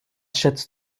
schätzt